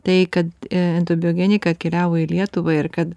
tai kad endobiogenika atkeliavo į lietuvą ir kad